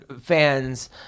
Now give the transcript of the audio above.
fans